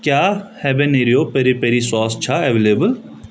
کیٛاہ ہیبیٚنٮ۪رو پیٚری پیٚری سوس چھا ایویلیبل